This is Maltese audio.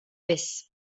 biss